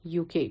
UK